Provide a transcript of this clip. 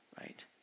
Right